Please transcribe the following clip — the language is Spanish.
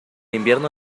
invierno